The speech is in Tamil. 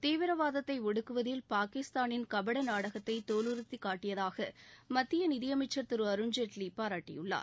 தீவிரவாதத்தை ஒடுக்குவதில் பாகிஸ்தானின் கபட நாடகத்தை தோலுரித்துக் காட்டியதாக மத்திய நிதியமைச்சர் திரு அருண்ஜேட்லி பாராட்டியுள்ளார்